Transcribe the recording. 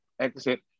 exit